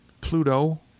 Pluto